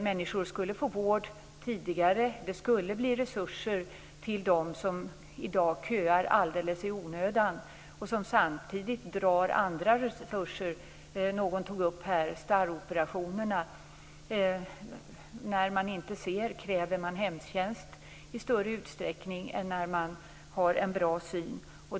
Människor skulle få vård tidigare, det skulle bli resurser till dem som i dag köar alldeles i onödan och som samtidigt drar andra resurser. Någon tog här upp starroperationerna. När man inte ser kräver man hemtjänst i större utsträckning än när man har en bra syn.